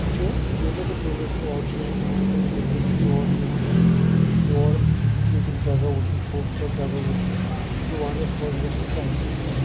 أسۍ چھِ یوٗتاہ تہِ ٹیوٗرِسٹہٕ اورٕ چھِ یِوان مٲنِو تُہۍ نیٚبرِم چھِ یور یِوان یور ییٚتیُک جگہ وُچھنہِ خوٗبصوٗرت جگہ وُچھنہِ أسۍ چھِ واریاہ خۄش گژھان تمہِ سۭتۍ